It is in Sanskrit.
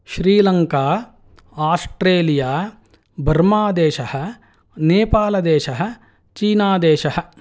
श्रीलङ्का आस्ट्रेलिया बर्मादेशः नेपालदेशः चीनादेशः